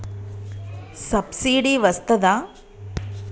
Subsidy వస్తదా?